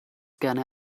gerne